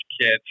kids